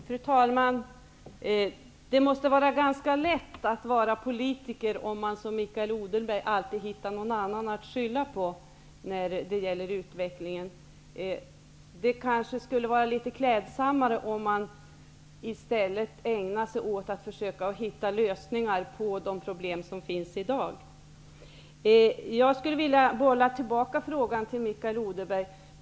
Fru talman! Det måste vara ganska lätt att vara politiker om man, som Mikael Odenberg gör, all tid hittar någon annan att skylla på när det gäller utvecklingen. Det skulle vara litet mer klädsamt om man i stället ängnar sig åt att försöka finna lös ningar på de problem som finns i dag. Jag skulle vilja bolla tillbaka frågan till Mikael Odenberg.